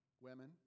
Women